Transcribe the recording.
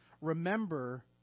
Remember